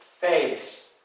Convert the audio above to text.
face